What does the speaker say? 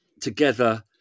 together